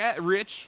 rich